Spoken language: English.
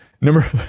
Number